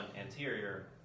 anterior